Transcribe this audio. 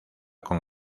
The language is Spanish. con